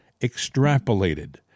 extrapolated